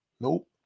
Nope